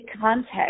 context